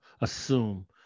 assume